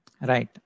Right